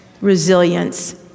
resilience